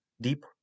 deep